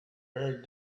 heard